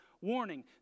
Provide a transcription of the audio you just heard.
warning